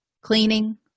cleaning